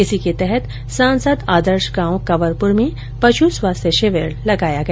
इसी के तहत सांसद आदर्श गांव कवंरपुर में पश् स्वास्थ्य शिविर लगाया गया